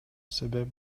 себеп